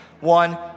One